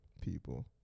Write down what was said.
people